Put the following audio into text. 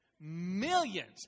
Millions